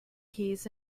keys